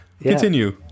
continue